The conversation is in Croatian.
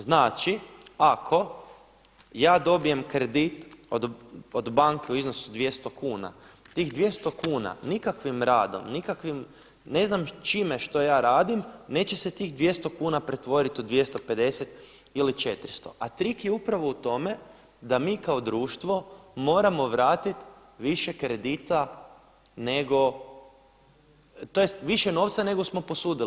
Znači ako ja dobijem kredit od banke u iznosu od 200 kuna, tih 200 kuna nikakvim radom, nikakvim, ne znam čime što ja radim, neće se tih 200 kuna pretvoriti u 250 ili 400 a trik je upravo u tome da mi kao društvo moramo vratiti više kredita nego, tj. više novca nego smo posudili.